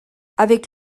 avec